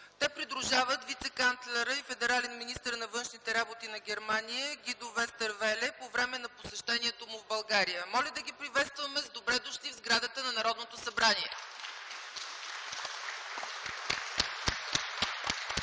Те придружават вицеканцлера и федерален министър на външните работи на Германия Гуидо Вестервеле по време на посещението му в България. Моля да ги приветстваме с „Добре дошли” в сградата на Народното събрание!